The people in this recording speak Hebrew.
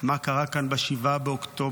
מה קרה כאן ב-7 באוקטובר.